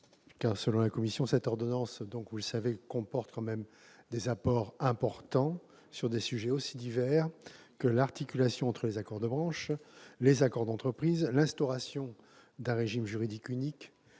l'avis de la commission ? Cette ordonnance comporte des apports importants sur des sujets aussi divers que l'articulation entre les accords de branche et les accords d'entreprise, l'instauration d'un régime juridique unique